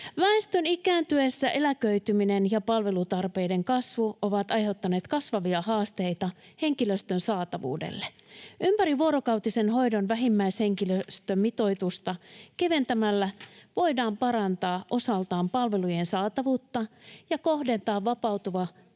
Väestön ikääntyessä eläköityminen ja palvelutarpeiden kasvu ovat aiheuttaneet kasvavia vaikeuksia henkilöstön saatavuudelle. Ympärivuorokautisen hoidon vähimmäishenkilöstömitoitusta keventämällä voidaan parantaa osaltaan palvelujen saatavuutta ja kohdentaa vapautuva